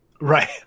right